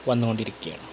വന്ന് കൊണ്ടിരിക്കുകയാണ്